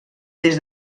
des